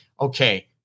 okay